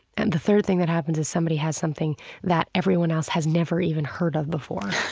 and the third thing that happens is somebody has something that everyone else has never even heard of before.